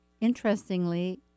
interestingly